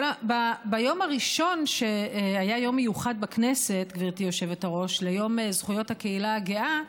היום הראשון שבו היה יום מיוחד בכנסת ליום זכויות הקהילה הגאה,